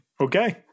Okay